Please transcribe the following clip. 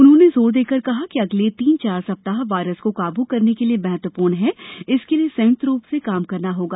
उन्होंने जोर देकर कहा कि अगले तीन चार सप्ताह वायरस को काबू करने के लिए महत्वपूर्ण हैं इसके लिए संयुक्त रूप से काम करना होगा